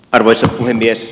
arvoisa puhemies